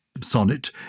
sonnet